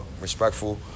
respectful